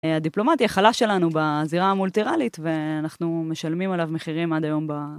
הדיפלומטי החלש שלנו בזירה המולטירלית ואנחנו משלמים עליו מחירים עד היום.